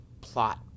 plot